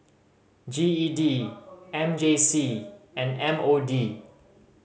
G E D M J C and M O D